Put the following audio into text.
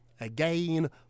again